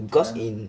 cause in